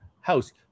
House